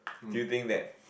do you think that